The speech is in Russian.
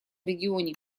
регионе